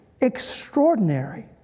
extraordinary